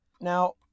Now